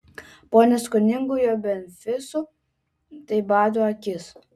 po neskoningų jo benefisų tai bado akis